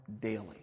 daily